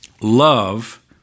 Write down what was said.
Love